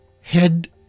head